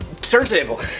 turntable